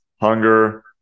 hunger